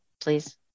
please